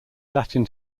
latin